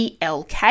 ELK